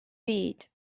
beach